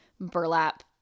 burlap